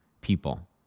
people